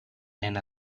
and